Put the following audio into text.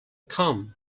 come